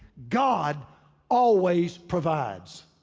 god always provides.